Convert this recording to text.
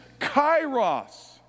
kairos